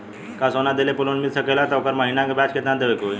का सोना देले पे लोन मिल सकेला त ओकर महीना के ब्याज कितनादेवे के होई?